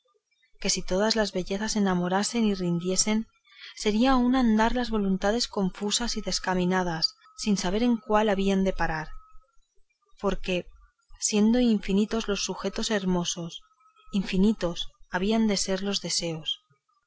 que si todas las bellezas enamorasen y rindiesen sería un andar las voluntades confusas y descaminadas sin saber en cuál habían de parar porque siendo infinitos los sujetos hermosos infinitos habían de ser los deseos